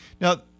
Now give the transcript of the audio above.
Now